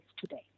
today